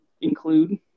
include